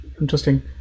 Interesting